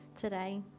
today